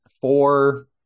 four